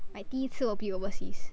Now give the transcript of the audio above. I 第一次 will be overseas